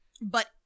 But-